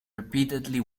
repeatedly